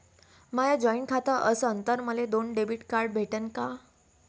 माय joint खातं असन तर मले दोन डेबिट कार्ड भेटन का?